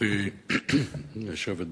גברתי היושבת בראש,